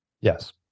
Yes